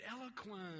eloquent